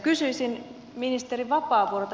kysyisin ministeri vapaavuorelta